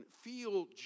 feel